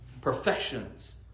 Perfections